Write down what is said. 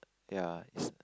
ya it's